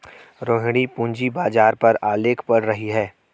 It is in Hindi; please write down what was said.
रोहिणी पूंजी बाजार पर आलेख पढ़ रही है